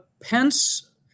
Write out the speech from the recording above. Pence